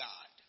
God